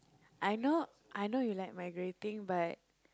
I know I know you like migrating but